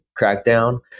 crackdown